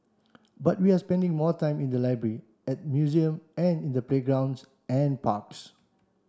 but we are spending more time in the library at museums and in the playgrounds and parks